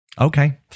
Okay